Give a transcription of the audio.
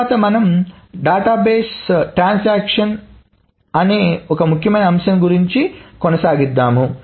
తరువాత మనం డేటాబేస్ లావాదేవీలు అతి ముఖ్యమైన అంశం గురించి కొనసాగిద్దాం